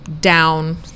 down